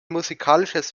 musikalisches